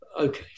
okay